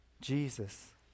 Jesus